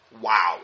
Wow